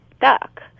duck